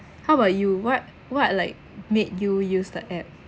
how about you what what like made you use the app